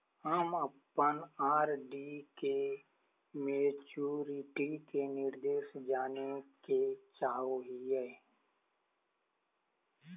हम अप्पन आर.डी के मैचुरीटी के निर्देश जाने के चाहो हिअइ